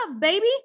baby